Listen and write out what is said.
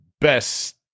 Best